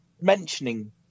mentioning